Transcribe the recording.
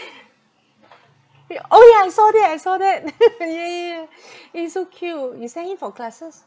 eh oh yeah I saw that I saw that ya ya ya eh so cute you send him for classes